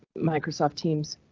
microsoft teams.